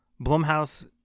Blumhouse